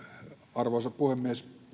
arvoisa puhemies